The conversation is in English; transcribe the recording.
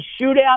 shootout